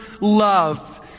love